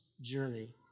journey